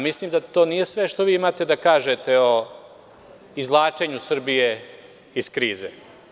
Mislim da to nije sve što vi imate da kažete o izvlačenju Srbije iz krize.